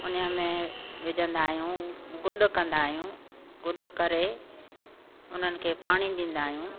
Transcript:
उन में विझंदा आहियूं कुॾि कंदा आहियूं कुॾि करे उन्हनि खे पाणी ॾींदा आहियूं